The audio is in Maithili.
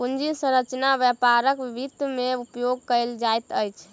पूंजी संरचना व्यापारक वित्त में उपयोग कयल जाइत अछि